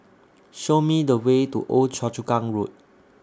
Show Me The Way to Old Choa Chu Kang Road